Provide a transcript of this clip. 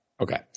Okay